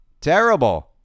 Terrible